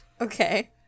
Okay